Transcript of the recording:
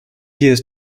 years